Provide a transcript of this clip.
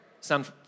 Sound